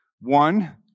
One